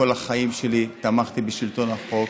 כל החיים שלי תמכתי בשלטון החוק,